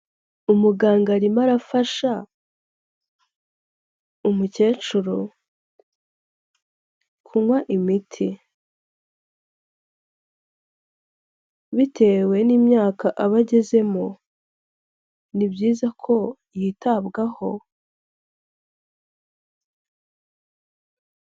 Umuganga arimo arafasha umukecuru kunywa imiti, bitewe n'imyaka aba agezemo ni byiza ko yitabwaho.